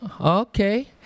okay